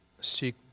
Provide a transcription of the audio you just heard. seek